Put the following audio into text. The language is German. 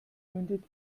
mündet